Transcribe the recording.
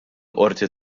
qorti